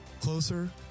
closer